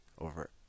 over